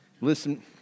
Listen